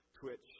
Twitch